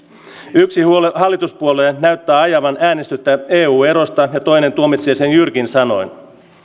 yksi hallituspuolue näyttää ajavan äänestystä eu erosta ja toinen tuomitsee sen jyrkin sanoin